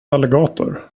alligator